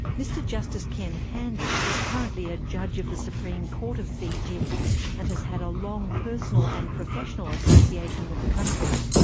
mr justice ken handley is currently a judge of the supreme court of fiji and has had a long personal and professional association with the country.